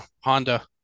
Honda